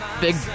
big